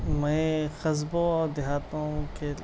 میں قصبوں اور دیہاتوں کے